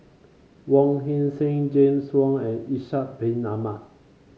Wong Heck Sing James Wong and Ishak Bin Ahmad